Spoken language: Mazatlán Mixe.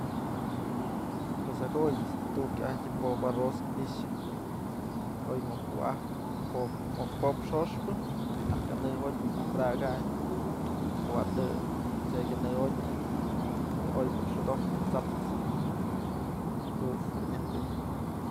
Pues jaduyë ëch pop arroz ajtyë i'ixë oy muk wa'ajpë muk pop xoxpë ko'o bi'i kanë jotyë padakañ, kuatëp tse'ey kanë jotyë, mëdë oy muk xodojpë t'sapsëjadun ëjt's nyaj tunyë.